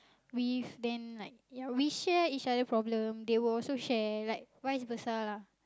with and then like ya we share each other problem they will also share like vice versa lah